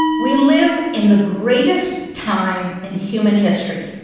we live in the greatest time in human history.